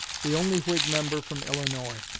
the only whig member from illinois.